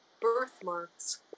birthmarks